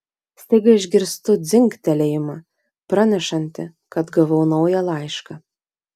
staiga išgirstu dzingtelėjimą pranešantį kad gavau naują laišką